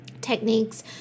techniques